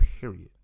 Period